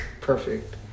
perfect